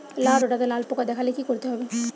লাউ ডাটাতে লাল পোকা দেখালে কি করতে হবে?